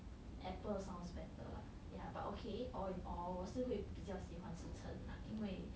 sounds better lah yeah but okay all in all 我是会比较喜欢吃橙 lah 因为